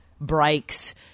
breaks